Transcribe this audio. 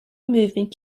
movement